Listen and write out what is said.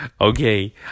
okay